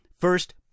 First